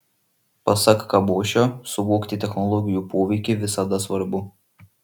pasak kabošio suvokti technologijų poveikį visada svarbu